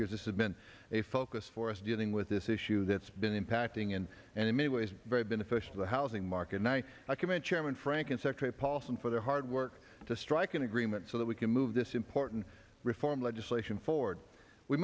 years this has been a focus for us dealing with this issue that's been impacting and and it made ways very beneficial to the housing market night i commend chairman frank insect paulson for their hard work to strike an agreement so that we can move this important reform legislation forward we